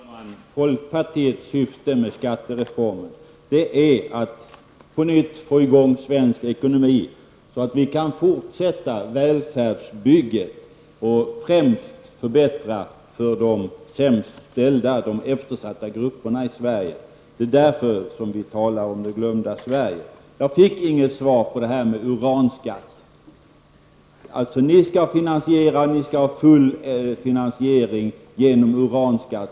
Fru talman! Folkpartiets syfte med skattereformen är att på nytt få i gång svensk ekonomi så att vi kan fortsätta välfärdsbygget och främst förbättra för de sämst ställda, de eftersatta grupperna i Sverige. Därför talar vi om det glömda Sverige. Jag fick inget var på frågan om uranskatt. Ni säger att ni skall ha full finansiering genom uranskatt.